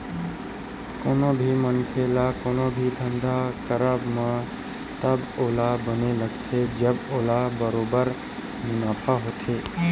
कोनो भी मनखे ल कोनो भी धंधा के करब म तब ओला बने लगथे जब ओला बरोबर मुनाफा होथे